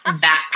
back